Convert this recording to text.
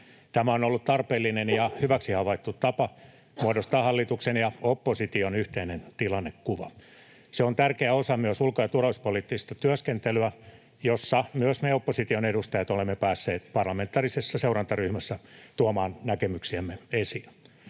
Tämä on ollut tarpeellinen ja hyväksi havaittu tapa muodostaa hallituksen ja opposition yhteinen tilannekuva. Se on tärkeä osa ulko- ja turvallisuuspoliittista työskentelyä, jossa myös me opposition edustajat olemme päässeet parlamentaarisessa seurantaryhmässä tuomaan näkemyksiämme esiin.